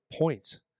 points